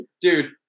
Dude